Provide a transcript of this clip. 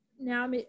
now